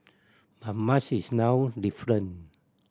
but much is now different